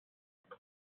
ses